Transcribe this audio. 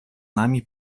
nami